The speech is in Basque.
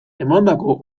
emandako